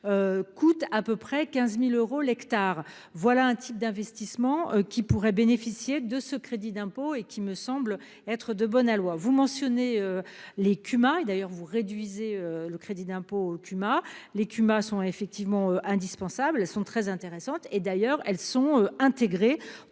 Coûte à peu près 15.000 euros l'hectare. Voilà un type d'investissement qui pourraient bénéficier de ce crédit d'impôt et qui me semble être de bon aloi vous mentionnez les cumin et d'ailleurs vous réduisez le crédit d'impôt Dumas les Pumas sont effectivement indispensables, elles sont très intéressantes. Et d'ailleurs elles sont intégrés